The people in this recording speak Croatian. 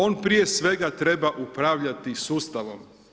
On prije svega treba upravljati sustavom.